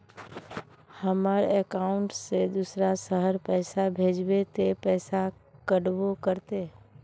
हमर अकाउंट से दूसरा शहर पैसा भेजबे ते पैसा कटबो करते?